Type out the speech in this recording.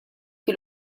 che